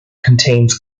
contains